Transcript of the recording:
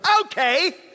Okay